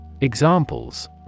Examples